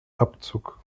abzug